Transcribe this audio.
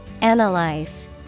Analyze